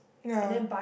ya